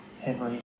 Henry